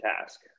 task